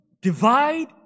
divide